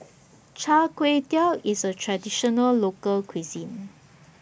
Chai Tow Kway IS A Traditional Local Cuisine